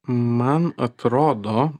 man atrodo